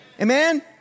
Amen